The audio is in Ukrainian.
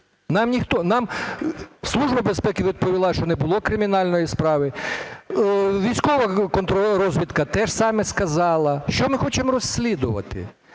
Нам Служба безпеки відповіла, що не було кримінальної справи, військова контррозвідка те ж саме сказала. Що ми хочемо розслідувати?